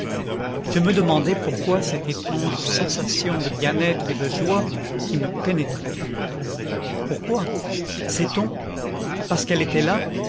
je me demandais pourquoi cette étrange sensation de bien-être et de joie qui me pénétrait pourquoi sait-on parce qu'elle était là